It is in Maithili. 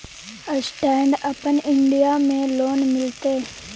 स्टैंड अपन इन्डिया में लोन मिलते?